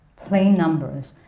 plain numbers,